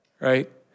Right